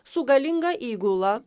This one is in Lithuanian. su galinga įgula